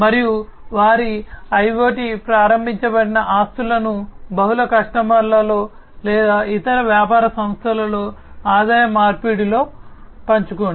మరియు వారి IoT ప్రారంభించబడిన ఆస్తులను బహుళ కస్టమర్లలో లేదా ఇతర వ్యాపార సంస్థలతో ఆదాయ మార్పిడిలో పంచుకోండి